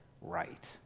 right